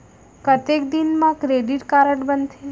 कतेक दिन मा क्रेडिट कारड बनते?